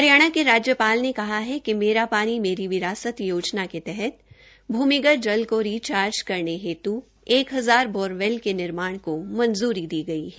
हरियाणा के राज्यपाल ने कहा है कि मेरा पानी मेरी विरासत योजना के तहत भूमिगत जल को रिचार्ज करने हेत् एक हजार बोरवेल के निर्माण को मंजूरी दी गई है